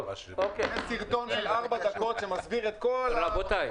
שלחתי סרטון של ארבע דקות שמסביר את כל העניין.